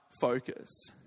focus